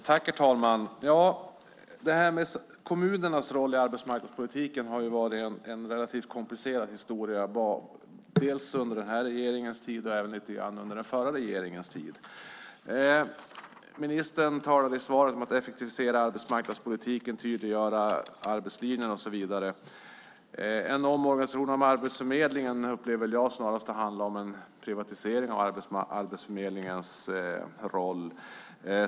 Herr talman! Kommunernas roll i arbetsmarknadspolitiken har varit en relativt komplicerad historia, både under den här regeringens tid och under den förra regeringens tid. Ministern talade i svaret om att effektivisera arbetsmarknadspolitiken, tydliggöra arbetslinjen och så vidare. Omorganisationen av Arbetsförmedlingen upplever jag snarast har handlat om en privatisering av Arbetsförmedlingens roll.